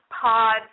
pod